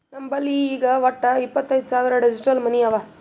ನಮ್ ಬಲ್ಲಿ ಈಗ್ ವಟ್ಟ ಇಪ್ಪತೈದ್ ಸಾವಿರ್ ಡಿಜಿಟಲ್ ಮನಿ ಅವಾ